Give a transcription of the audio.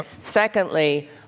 Secondly